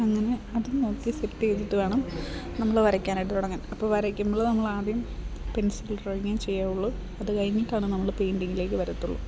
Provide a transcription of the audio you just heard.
അങ്ങനെ അതു നോക്കി സെറ്റ് ചെയ്തിട്ടു വേണം നമ്മൾ വരയ്ക്കാനായിട്ട് തുടങ്ങാൻ അപ്പോൾ വരയ്ക്കുമ്പോൾ നമ്മളാദ്യം പെൻസിൽ ഡ്രോയിങ്ങേ ചെയ്യാവുള്ളു അതു കഴിഞ്ഞിട്ടാണ് നമ്മൾ പെയിൻ്റിങ്ങിലേക്ക് വരത്തുള്ളു